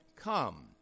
come